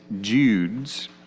Jude's